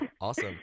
awesome